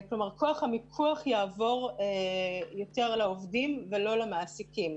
כלומר כוח המיקוח יעבור יותר לעובדים ולא למעסיקים.